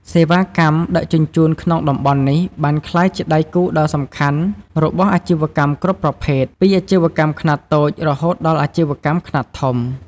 សេវាកម្មដឹកជញ្ជូនក្នុងតំបន់នេះបានក្លាយជាដៃគូដ៏សំខាន់របស់អាជីវកម្មគ្រប់ប្រភេទ ពីអាជីវកម្មខ្នាតតូចរហូតដល់អាជីវកម្មខ្នាតធំ។